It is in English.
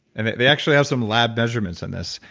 and they they actually have some lab measurements in this,